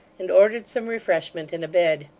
and ordered some refreshment and a bed.